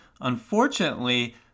Unfortunately